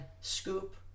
scoop